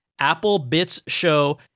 applebitsshow